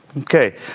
Okay